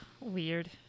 Weird